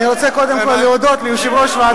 אני רוצה קודם כול להודות ליושב-ראש ועדת החוקה,